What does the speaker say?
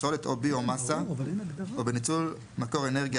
פסולת או ביומסה או בניצול מקור אנרגיה